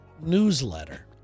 newsletter